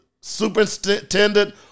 superintendent